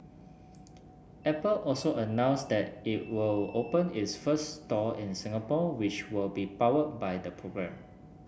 apple also announced that it will open its first store in Singapore which will be powered by the program